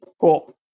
Cool